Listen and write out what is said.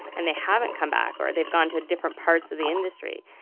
and they haven't come back or they've gone to different parts of the industry.